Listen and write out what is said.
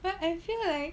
but I feel like